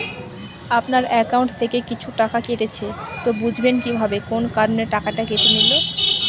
আপনার একাউন্ট থেকে কিছু টাকা কেটেছে তো বুঝবেন কিভাবে কোন কারণে টাকাটা কেটে নিল?